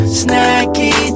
snacky